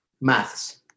Maths